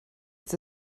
ist